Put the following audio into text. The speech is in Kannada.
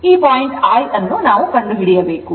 ಈ ಪಾಯಿಂಟ್ I ಅನ್ನು ಕಂಡುಹಿಡಿಯಬೇಕು